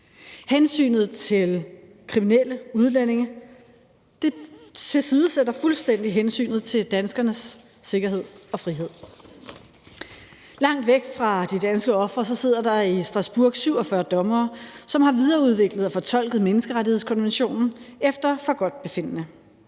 Hensynet til kriminelle udlændinge tilsidesætter fuldstændig hensynet til danskernes sikkerhed og frihed. Langt væk fra de danske ofre sidder der i Strasbourg 47 dommere, som har videreudviklet og fortolket menneskerettighedskonventionen efter forgodtbefindende.